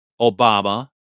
Obama